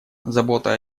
забота